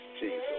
Jesus